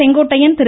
Sengottaiyan Thiru